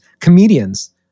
Comedians